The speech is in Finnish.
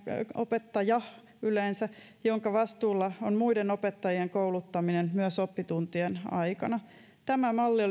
opettaja jonka vastuulla on muiden opettajien kouluttaminen myös oppituntien aikana tämä malli olisi